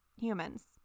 humans